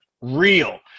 real